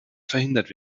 verhindert